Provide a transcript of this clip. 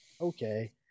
okay